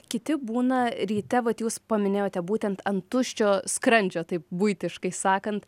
kiti būna ryte vat jūs paminėjote būtent ant tuščio skrandžio taip buitiškai sakant